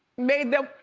made them,